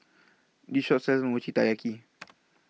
This Shop sells Mochi Taiyaki